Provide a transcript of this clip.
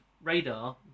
radar